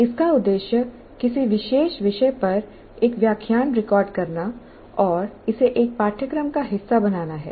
इसका उद्देश्य किसी विशेष विषय पर एक व्याख्यान रिकॉर्ड करना और इसे एक पाठ्यक्रम का हिस्सा बनाना है